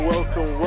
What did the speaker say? Welcome